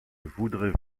voudrais